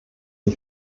die